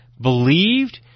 believed